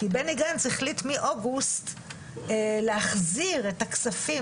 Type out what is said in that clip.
כי בני גנץ החליט מאוגוסט להחזיר את הכספים